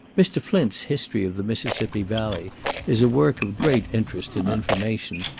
mr. flint's history of the mississippi valley is a work of great interest, and information,